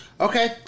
Okay